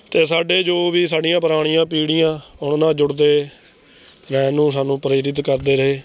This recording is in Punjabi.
ਅਤੇ ਸਾਡੇ ਜੋ ਵੀ ਸਾਡੀਆਂ ਪੁਰਾਣੀਆਂ ਪੀੜ੍ਹੀਆਂ ਉਹਨਾਂ ਨਾਲ਼ ਜੁੜਦੇ ਰਹਿਣ ਨੂੰ ਸਾਨੂੰ ਪ੍ਰੇਰਿਤ ਕਰਦੇ ਰਹੇ